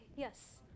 Yes